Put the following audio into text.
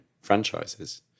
franchises